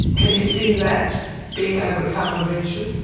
can you see that being overcome eventually?